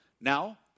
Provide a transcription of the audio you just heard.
Now